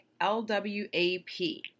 LWAP